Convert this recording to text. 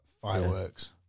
Fireworks